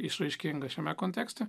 išraiškinga šiame kontekste